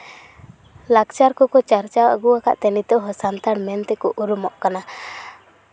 ᱞᱟᱠᱪᱟᱨ ᱠᱚᱠᱚ ᱪᱟᱨᱪᱟ ᱟᱜᱩᱣᱟᱠᱟᱫ ᱛᱮ ᱱᱤᱛᱳᱜ ᱦᱚᱸ ᱥᱟᱱᱛᱟᱲ ᱢᱮᱱᱛᱮᱠᱚ ᱩᱨᱩᱢᱚᱜ ᱠᱟᱱᱟ